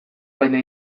baina